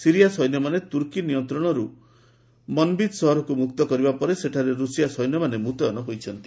Syria ସୈନ୍ୟମାନେ ତୁର୍କୀ ନିୟନ୍ତ୍ରଣରୁ ମନ୍ବିଜ୍ ସହରକୁ ମୁକ୍ତ କରିବା ପରେ ସେଠାରେ ରୁଷିଆ ସୈନ୍ୟମାନେ ମୁତୟନ ହୋଇଛନ୍ତି